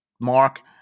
Mark